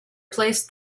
placed